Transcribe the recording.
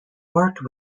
worked